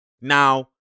Now